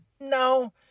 No